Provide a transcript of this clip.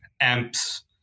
amps